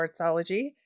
Sportsology